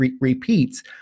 repeats